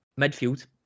midfield